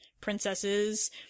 princesses